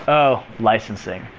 oh licensing.